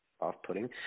Off-putting